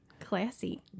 Classy